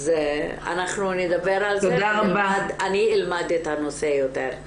אז אנחנו נדבר על זה, אני אלמד את הנושא יותר.